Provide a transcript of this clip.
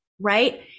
right